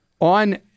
On